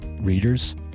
readers